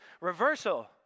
reversal